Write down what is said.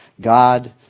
God